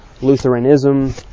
Lutheranism